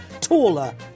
taller